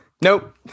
Nope